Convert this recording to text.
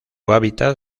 hábitat